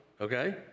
okay